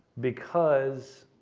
because